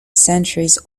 centuries